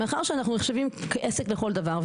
מאחר שאנחנו נחשבים כעסק לכל דבר,